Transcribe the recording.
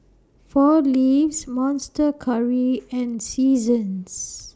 four Leaves Monster Curry and Seasons